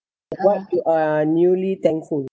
what you are newly thankful